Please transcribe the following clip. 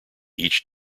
each